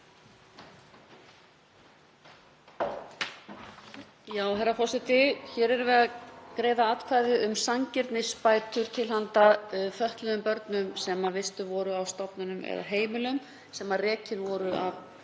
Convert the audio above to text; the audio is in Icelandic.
Herra forseti. Hér erum við að greiða atkvæði um sanngirnisbætur til handa fötluðum börnum sem vistuð voru á stofnunum eða heimilum sem rekin voru af